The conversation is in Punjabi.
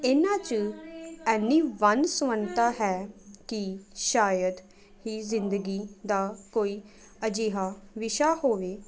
ਇਹਨਾਂ 'ਚ ਐਨੀ ਵੰਨ ਸੁਵੰਨਤਾ ਹੈ ਕਿ ਸ਼ਾਇਦ ਹੀ ਜ਼ਿੰਦਗੀ ਦਾ ਕੋਈ ਅਜਿਹਾ ਵਿਸ਼ਾ ਹੋਵੇ